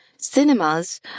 cinemas